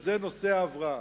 שזה נושא ההבראה.